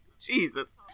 Jesus